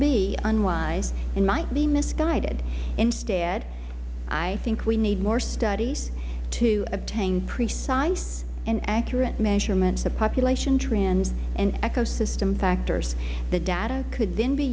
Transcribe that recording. be unwise it might be misguided instead i think we need more studies to obtain precise and accurate measurements of population trends and ecosystem factors the data could then be